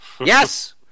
Yes